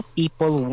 people